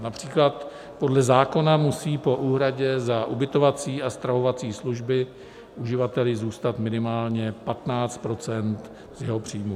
Například podle zákona musí po úhradě za ubytovací a stravovací služby uživateli zůstat minimálně 15 % z jeho příjmu.